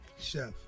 chef